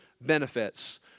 benefits